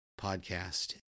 podcast